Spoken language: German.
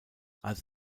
als